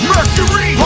Mercury